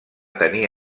tenir